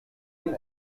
ein